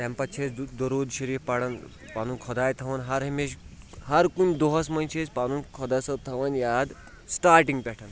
تَمہِ پَتہٕ چھِ أسۍ دٔ درود شریٖف پَران پَنُن خۄداے تھاوان ہر ہمیشہٕ ہر کُنہِ دۄہس منٛز چھِ أسۍ پَنُن خۄدا صٲب تھاوان یاد سٹاٹِنگ پٮ۪ٹھ